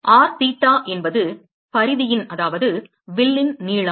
r theta என்பது பரிதியின் வில்லின் நீளம்